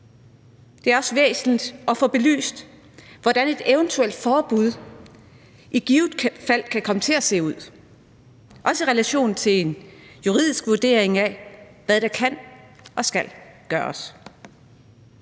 Det er også væsentligt at få belyst, hvordan et eventuelt forbud i givet fald kan komme til at se ud, også i relation til en juridisk vurdering af, hvad der kan og skal gøres.